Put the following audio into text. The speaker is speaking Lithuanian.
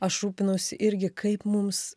aš rūpinausi irgi kaip mums